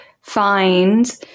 find